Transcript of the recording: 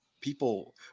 people